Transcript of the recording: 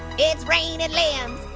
it's rainin' limbs,